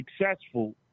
successful